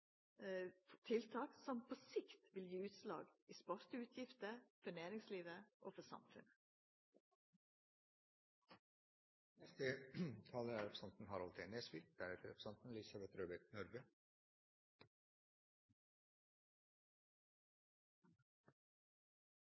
tiltak som på sikt vil gje utslag i sparte utgifter for næringslivet og for